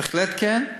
בהחלט כן,